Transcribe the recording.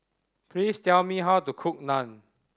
please tell me how to cook Naan